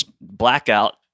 blackout